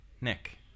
Nick